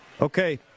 Okay